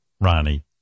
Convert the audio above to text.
Ronnie